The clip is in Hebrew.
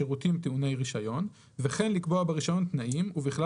שירותים טעוני רישיון) וכן לקבוע ברישיון תנאים ובכלל